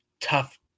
tough